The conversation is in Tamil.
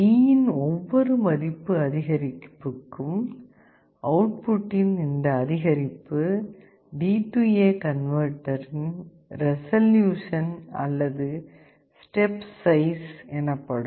D இன் ஒவ்வொரு மதிப்பு அதிகரிப்புக்கும் அவுட்புட்டின் இந்த அதிகரிப்பு DA கன்வேர்டர் இன் ரெசல்யூசன் அல்லது ஸ்டெப் சைஸ் எனப்படும்